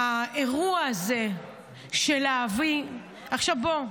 האירוע הזה של להביא, עכשיו בוא,